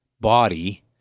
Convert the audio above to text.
body